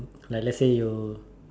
like lets say you